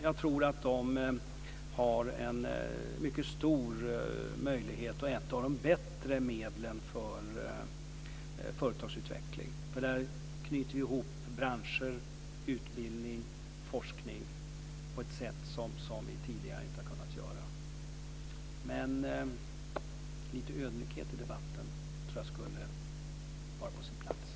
Jag tror att de har mycket stora möjligheter och är ett av de bättre medlen för företagsutveckling. Med dem knyter vi ihop branscher, utbildning och forskning på ett sätt som vi tidigare inte har kunnat göra. Men lite ödmjukhet i debatten tror jag skulle vara på sin plats.